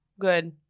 good